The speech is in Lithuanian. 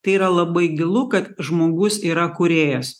tai yra labai gilu kad žmogus yra kūrėjas